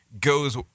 goes